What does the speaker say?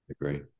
Agree